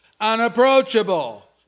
Unapproachable